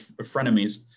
frenemies